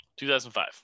2005